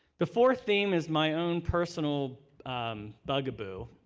the fourth theme is my own personal bugaboo.